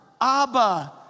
Abba